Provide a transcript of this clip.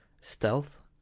stealth